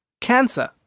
cancer